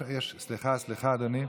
סליחה, סליחה, אדוני.